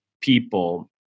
people